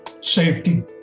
safety